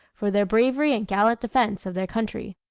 for their bravery and gallant defense of their country.